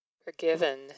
Forgiven